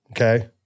Okay